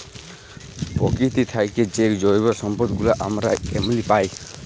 পকিতি থ্যাইকে যে জৈব সম্পদ গুলা আমরা এমলি পায়